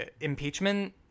impeachment